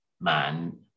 man